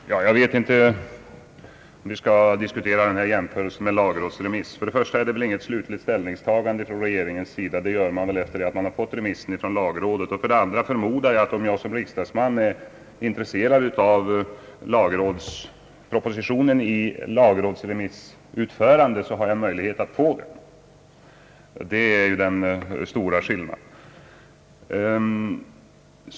Herr talman! Det tjänar kanske inte någonting till att vi diskuterar den här jämförelsen med lagrådsremissen. För det första har regeringen vid en remiss ännu inte tagit slutlig ställning till frågan. Det gör man när man har fått remissvaret. För det andra förmodar jag att om jag som riksdagsman är intresserad av lagrådsremissen, så har jag möjlighet att få ta del av den. Detta är den stora skillnaden.